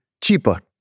cheaper